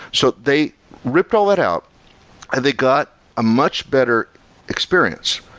so they ripped all that out and they got a much better experience.